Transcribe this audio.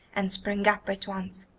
and sprang up at once.